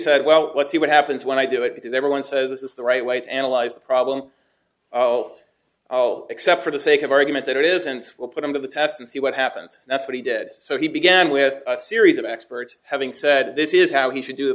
said well let's see what happens when i do it because everyone says this is the right weight analyze the problem all except for the sake of argument that it isn't we'll put them to the test and see what happens that's what he did so he began with a series of experts having said this is how he should do